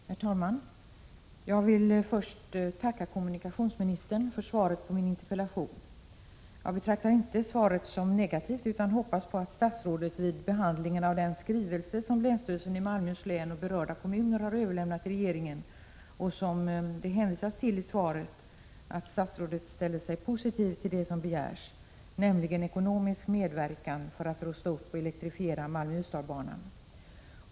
Herr talman! Jag vill först tacka kommunikationsministern för svaret på min interpellation. Jag betraktar inte svaret som negativt, utan hoppas att statsrådet vid behandlingen av den skrivelse som länsstyrelsen i Malmöhus län och berörda kommuner har överlämnat till regeringen, och som det hänvisas till i svaret, ställer sig positiv till det som begärs, nämligen ekonomisk medverkan för att upprusta och elektrifiera Malmö-Ystadbanan.